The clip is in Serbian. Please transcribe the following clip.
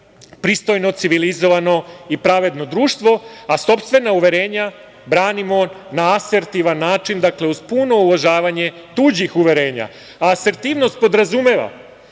pristojno, civilizovano i pravedno društvo, a sopstvena uverenja branimo na asertivan način, dakle uz puno uvažavanje tuđih uverenja. Asertivnost podrazumeva